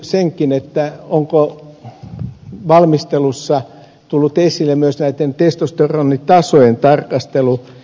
kysyn sitäkin onko valmistelussa tullut esille myös näitten testosteronitasojen tarkastelu